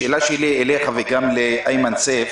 השאלה שלי אליך וגם לאימן סייף